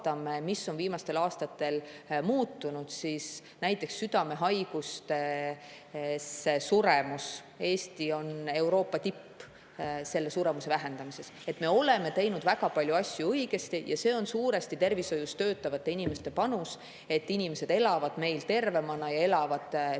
mis on viimastel aastatel muutunud, siis näiteks südamehaigustesse suremuse vähendamisel Eesti on Euroopa tipp. Me oleme teinud väga palju asju õigesti ja see on suuresti tervishoius töötavate inimeste panus, et inimesed elavad meil tervemana ja elavad pikema